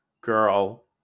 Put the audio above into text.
girl